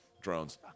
drones